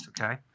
Okay